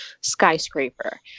skyscraper